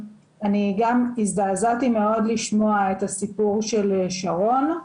אני גם הזדעזעתי מאוד לשמוע את הסיפור של שרון.